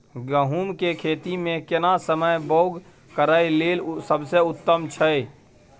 गहूम के खेती मे केना समय बौग करय लेल सबसे उत्तम छै?